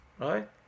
right